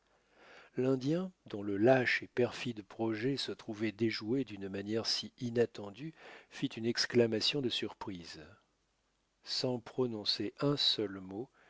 l'indien dont le lâche et perfide projet se trouvait déjoué d'une manière si inattendue fit une exclamation de surprise sans prononcer un seul mot